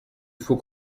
faut